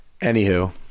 Anywho